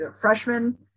freshman